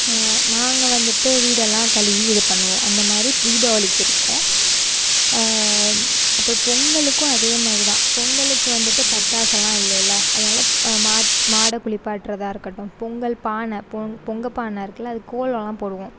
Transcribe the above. நாங்கள் வந்துட்டு வீடெல்லாம் கழுவி இது பண்ணுவோம் அந்த மாதிரி தீபாவளிக்கு இருக்கும் அப்புறம் பொங்கலுக்கும் அதே மாதிரி தான் பொங்கலுக்கு வந்துட்டு பட்டாசெல்லாம் இல்லேயில்ல அதனால மா மாடை குளிப்பாட்றதாக இருக்கட்டும் பொங்கல் பானை பொ பொங்க பானை இருக்கில்ல அதுக்கு கோலமெலாம் போடுவோம்